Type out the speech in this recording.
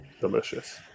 delicious